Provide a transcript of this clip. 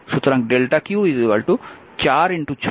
সুতরাং q 4 6 অর্থাৎ 24 coulomb